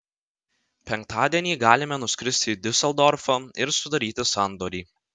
penktadienį galime nuskristi į diuseldorfą ir sudaryti sandorį